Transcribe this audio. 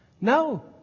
No